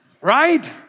right